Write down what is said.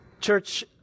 Church